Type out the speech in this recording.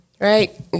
Right